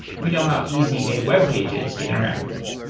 we know how easy a web page is to interact with.